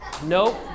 Nope